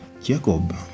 Jacob